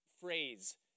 phrase